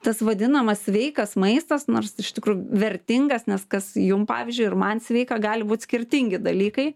tas vadinamas sveikas maistas nors iš tikrųjų vertingas nes kas jum pavyzdžiui ir man sveika gali būt skirtingi dalykai